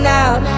out